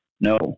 No